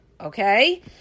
Okay